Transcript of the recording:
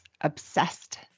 obsessed